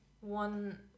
one